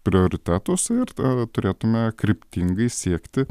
prioritetus ir turėtume kryptingai siekti